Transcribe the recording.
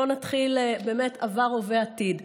בוא נתחיל, עבר, הווה, עתיד.